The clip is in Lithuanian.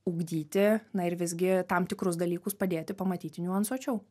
ugdyti na ir visgi tam tikrus dalykus padėti pamatyti niuansuočiau